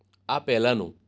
આ પહેલાંનું